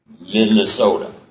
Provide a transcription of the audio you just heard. Minnesota